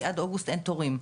כי עד אוגוסט אין תורים,